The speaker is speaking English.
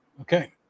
okay